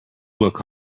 look